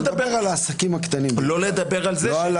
אתה מדבר על העסקים הקטנים, לא על הטייקונים.